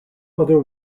other